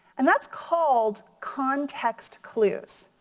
and that's called context clues.